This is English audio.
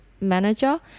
manager